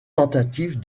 tentatives